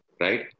right